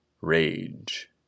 rage